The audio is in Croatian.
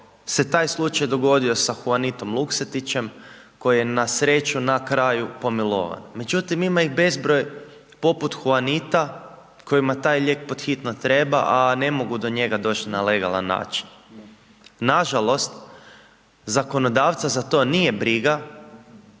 se taj slučaj dogodio sa Huanitom Luksetićem, koji je na sreću, na kraju pomilovan. Međutim, ima ih bezbroj poput Huanita, kojima taj lijek pod hitno treba, a ne mogu do njega doći na legalan način. Nažalost, zakonodavca za to nije briga,